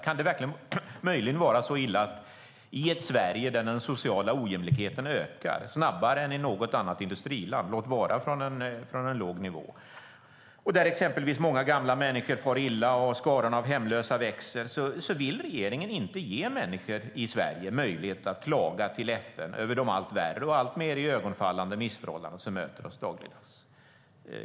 Kan det möjligen vara så illa att i ett Sverige där den sociala ojämlikheten ökar snabbare än i något annat industriland - låt vara att det sker från en låg nivå - och där exempelvis många gamla människor far illa och skaran av hemlösa växer vill regeringen inte ge människor i Sverige möjlighet att klaga till FN över de allt värre och de alltmer iögonfallande missförhållanden som möter oss dagligdags?